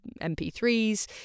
MP3s